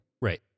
Right